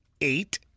eight